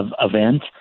event